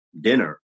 dinner